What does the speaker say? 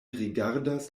rigardas